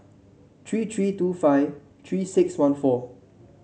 three three two five Three six one four